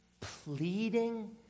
pleading